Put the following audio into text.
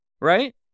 Right